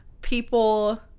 people